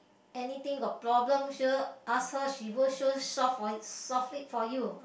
anything got problem sure ask her she will sure solve for solve it for you